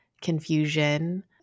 confusion